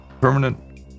permanent